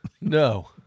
No